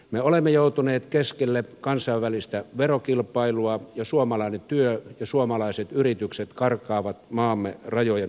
me olemme joutuneet keskelle kansainvälistä verokilpailua ja suomalainen työ ja suomalaiset yritykset karkaavat maamme rajojen ulkopuolelle